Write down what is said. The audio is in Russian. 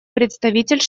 представитель